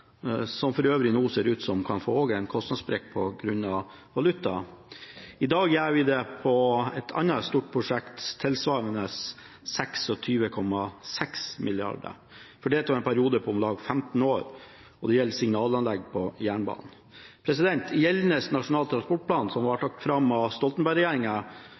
det for øvrig nå ser ut til at også kan få en kostnadssprekk på grunn av valutakurs. I dag gjør vi det på et annet stort prosjekt, tilsvarende 26,6 mrd. kr, fordelt over en periode på om lag 15 år. Det gjelder signalanlegg på jernbanen. I gjeldende Nasjonal transportplan, som ble lagt fram av